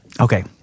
Okay